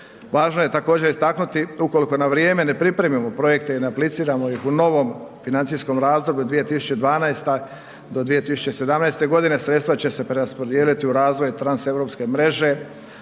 važno je također istaknuti ukoliko na vrijeme ne pripremimo projekte i ne apliciramo ih u novom financijskom razdoblju od 2012-2017. godine, sredstva će se preraspodijeliti u razvoj transeuropske mreže